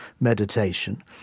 meditation